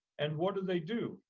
and what do they do?